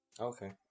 Okay